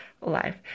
life